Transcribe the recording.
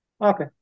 Okay